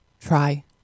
try